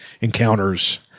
encounters